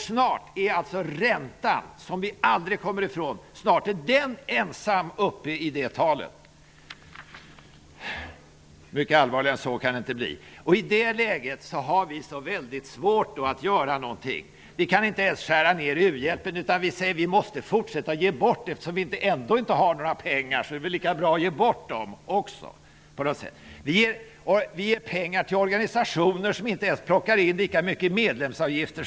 Snart är alltså räntan, som vi aldrig kommer ifrån, ensam uppe i det talet. Mycket allvarligare än så kan det inte bli. I det läget har vi alltså svårt att göra någonting! Vi kan inte ens skära ned u-hjälpen utan säger: Vi måste fortsätta med den. Eftersom vi ändå inte har några pengar är det väl lika bra att ge bort dem. Vi ger pengar till organisationer som inte ens plockar in lika mycket i medlemsavgifter.